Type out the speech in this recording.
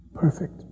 Perfect